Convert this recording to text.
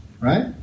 Right